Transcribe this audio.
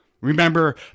Remember